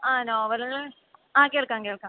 ആ നോവലുകള് ആ കേൾക്കാം കേൾക്കാം